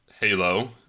Halo